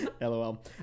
LOL